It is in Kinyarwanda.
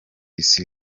isi